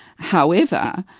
however,